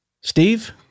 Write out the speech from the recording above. Steve